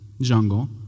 jungle